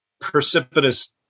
precipitous